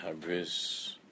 Habris